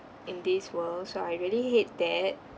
in this world so I really hate that